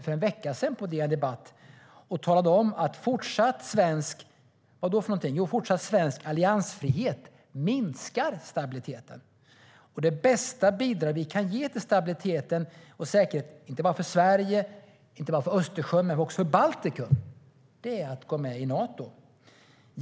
För en vecka sedan gick han ut DN Debatt och talade om att en fortsatt svensk alliansfrihet minskar stabiliteten och att det bästa bidrag vi kan ge till stabilitet och säkerhet, inte bara för Sverige och Östersjön utan också för Baltikum, är att gå med i Nato.